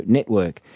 Network